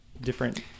different